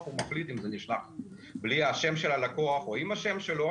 מחליט אם זה נשלח בלי השם של הלקוח או עם השם שלו,